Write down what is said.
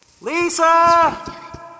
Lisa